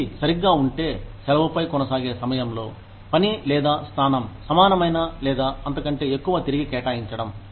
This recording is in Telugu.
ప్రతిదీ సరిగ్గా ఉంటే సెలవుపై కొనసాగే సమయంలో పని లేదా స్థానం సమానమైన లేదా అంతకంటే ఎక్కువ తిరిగి కేటాయించడం